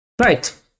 Right